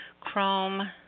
Chrome